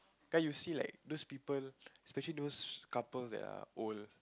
then you see like those people especially those couples that are old